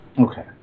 Okay